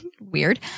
Weird